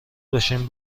باشین